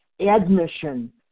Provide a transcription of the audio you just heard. admission